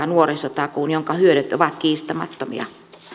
nuorisotakuun jonka hyödyt ovat kiistämättömiä